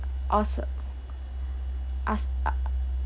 ask ask uh